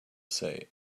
say